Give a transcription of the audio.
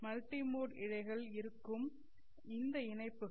multi mode இழைகள் இருக்கும் இந்த இணைப்புகள்